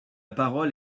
parole